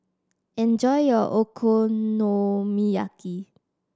enjoy your Okonomiyaki